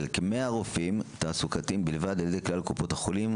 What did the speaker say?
כ-100 רופאים תעסוקתיים בלבד על ידי כלל קופות החולים,